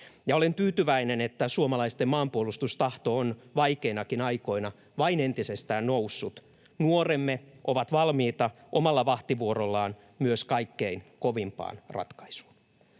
olen tyytyväinen, että suomalaisten maanpuolustustahto on vaikeinakin aikoina vain entisestään noussut. Nuoremme ovat valmiita omalla vahtivuorollaan myös kaikkein kovimpaan ratkaisuun.